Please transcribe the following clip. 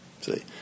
See